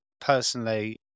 personally